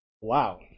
Wow